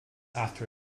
after